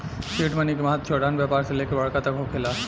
seed money के महत्व छोटहन व्यापार से लेके बड़का तक होखेला